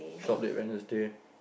shop late Wednesday